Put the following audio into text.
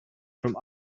from